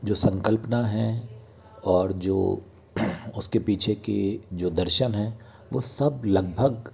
जो संकल्पना है और जो उसके पीछे की जो दर्शन हैं वो सब लगभग